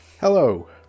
Hello